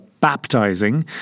baptizing